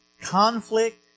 conflict